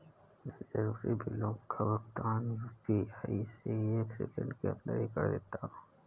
मैं जरूरी बिलों का भुगतान यू.पी.आई से एक सेकेंड के अंदर ही कर देता हूं